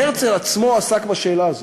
והרצל עצמו עסק בשאלה הזאת.